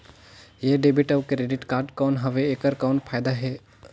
ये डेबिट अउ credit card कौन हवे एकर कौन फाइदा हे?